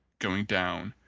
going down,